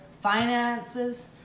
Finances